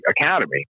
academy